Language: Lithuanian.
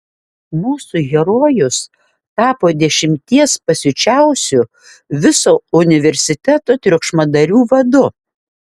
mūsų herojus tapo dešimties pasiučiausių viso universiteto triukšmadarių vadu